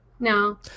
No